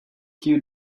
queue